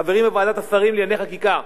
חברים בוועדת השרים לענייני חקיקה,